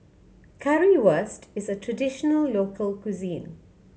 currywurst is a traditional local cuisine